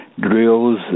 drills